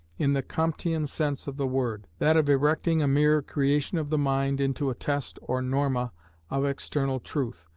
in the comtean sense of the word that of erecting a mere creation of the mind into a test or norma of external truth,